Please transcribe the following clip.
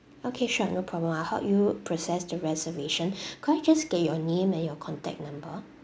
okay sure no problem I'll help you process the reservation could I just get your name and your contact number